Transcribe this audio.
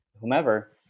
whomever